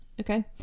Okay